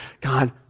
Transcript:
God